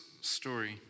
story